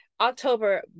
october